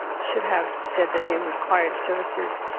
should have said that they require services